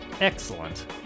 excellent